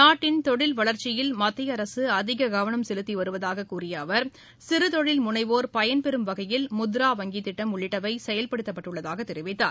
நாட்டின் தொழில்வளர்ச்சியில் மத்திய அரசு அதிக கவனம் செலுத்தி வருவதாக கூறிய அவர் முனைவோர் பயன்பெறும் வகையில் சிறதொழில் முத்ரா வங்கி கிட்டம் உள்ளிட்டவை செயல்படுத்தப்பட்டுள்ளதாக தெரிவித்தார்